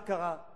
מה קרה.